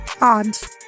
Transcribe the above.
Odds